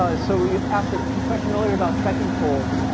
ah so we asked a question earlier about trekking poles.